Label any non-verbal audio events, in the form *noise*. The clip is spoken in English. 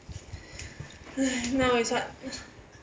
*breath* now is what